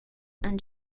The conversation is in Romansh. han